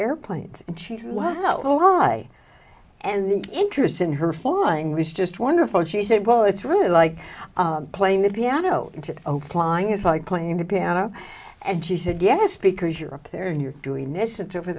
airplanes and she's wow law and the interest in her flying was just wonderful she said well it's really like playing the piano and flying is like playing the piano and she said yes because you're up there and you're doing